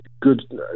good